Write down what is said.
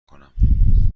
کنم